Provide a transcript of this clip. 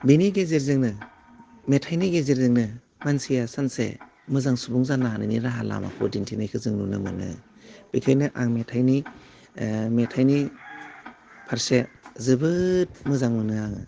बेनि गेजेरजोंनो मेथाइनि गेजेरजोंनो मानसिया सानसे मोजां सुबुं जानो हानायनि राहा लामाखौ दिन्थिनायखौ जों नुनो मोनो बेखायनो आं मेथाइनि ओह मेथाइनि फारसे जोबोद मोजां मोनो आङो